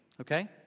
okay